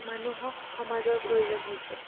মানুহক সমাজৰ প্ৰয়োজন হৈছে